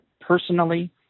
personally